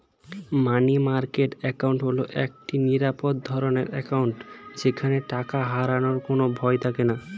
মানি market account হল একটি নিরাপদ ধরনের অ্যাকাউন্ট যেখানে টাকা হারানোর কোনো ভয় থাকেনা